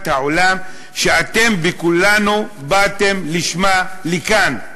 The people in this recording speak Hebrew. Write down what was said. העולם שאתם בכולנו באתם בשמה לכאן.